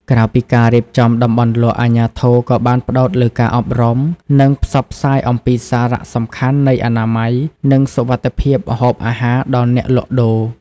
ក្រៅពីការរៀបចំតំបន់លក់ អាជ្ញាធរក៏បានផ្តោតលើការអប់រំ និងផ្សព្វផ្សាយអំពីសារៈសំខាន់នៃ អនាម័យ និងសុវត្ថិភាពម្ហូបអាហារ ដល់អ្នកលក់ដូរ ។